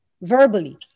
verbally